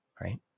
Right